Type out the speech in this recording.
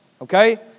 Okay